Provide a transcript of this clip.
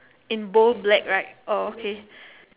in bold black right oh okay